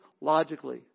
logically